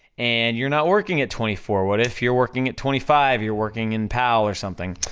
and you're not working at twenty four, what if you're working at twenty five, you're working in pal or something,